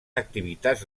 activitats